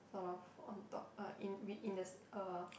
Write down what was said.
sort of on top uh in we in the uh